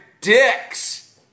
dicks